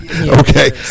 Okay